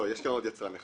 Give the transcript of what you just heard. לא, יש פה עוד יצרן אחד.